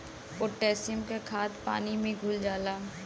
potassium क खाद पानी में घुल जाला